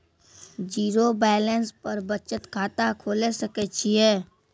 Zero balance पर बचत खाता खोले सकय छियै?